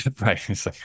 Right